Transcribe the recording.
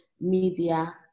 media